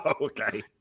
Okay